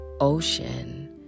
ocean